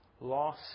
Loss